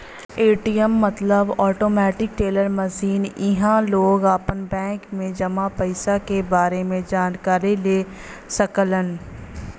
ATM मतलब automatic teller machine इहां लोग आपन बैंक में जमा पइसा क बारे में जानकारी ले सकलन